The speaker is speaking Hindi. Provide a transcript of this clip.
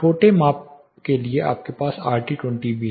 छोटे माप के लिए आपके पास RT 20 भी है